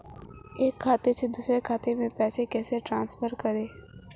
एक खाते से दूसरे खाते में पैसे कैसे ट्रांसफर करें?